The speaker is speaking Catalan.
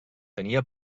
tenia